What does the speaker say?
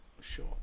Sure